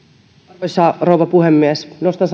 arvoisa rouva puhemies nostan